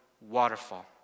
waterfall